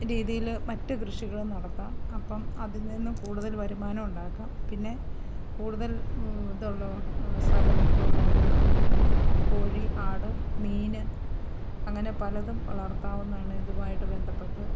രീതിയില് മറ്റ് കൃഷികളും നടത്താം അപ്പോള് അതിൽനിന്ന് കൂടുതല് വരുമാനവും ഉണ്ടാക്കാം പിന്നെ കൂടുതൽ ഇതുള്ളവർക്ക് സ്ഥലമൊക്കെ ഉള്ളവർക്കാണെങ്കില് കോഴി ആട് മീന് അങ്ങനെ പലതും വളർത്താവുന്നതാണ് ഇതുമായിട്ട് ബന്ധപ്പെട്ട്